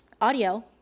audio